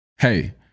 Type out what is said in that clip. Hey